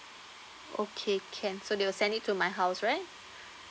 okay can so they will send it to my house right